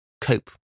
cope